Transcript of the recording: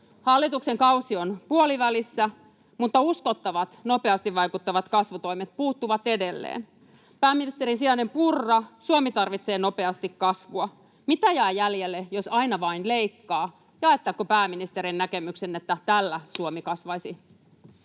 Hallituksen kausi on puolivälissä, mutta uskottavat, nopeasti vaikuttavat kasvutoimet puuttuvat edelleen. Pääministerin sijainen Purra, Suomi tarvitsee nopeasti kasvua. Mitä jää jäljelle, jos aina vain leikkaa? Jaatteko pääministerin näkemyksen, että tällä [Puhemies